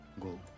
Go